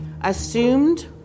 assumed